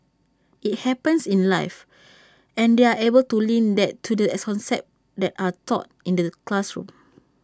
IT happens in life and they're able to link that to the concepts that are taught in the classroom